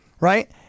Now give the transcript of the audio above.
right